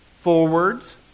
forwards